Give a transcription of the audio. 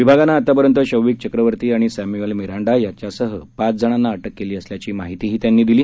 विभागानं आत्तापर्यंत शौविक चक्रवर्ती आणि सॅम्यूअल मिरांडा यांच्यासह पाच जणांना अटक केली असल्याची माहितीही त्यांनी दिली